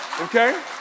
okay